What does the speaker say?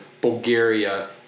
Bulgaria